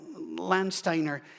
Landsteiner